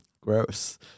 Gross